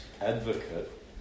advocate